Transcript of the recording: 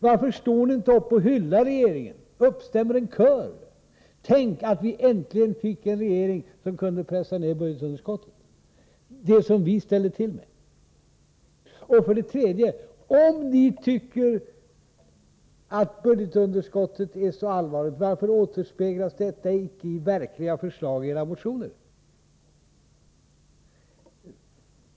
Varför står ni inte upp och hyllar regeringen och uppstämmer en kör: Tänk att vi äntligen fick en regering som kunde pressa ned budgetunderskottet — det som vi ställde till med. Om ni tycker att budgetunderskottet är så allvarligt, varför återspeglas detta inte i verkliga förslag i era motioner?